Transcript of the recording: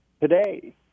today